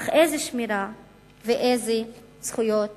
אך איזו שמירה ואילו זכויות